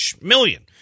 million